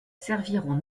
serviront